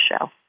show